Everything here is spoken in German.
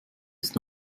ist